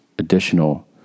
Additional